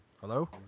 Hello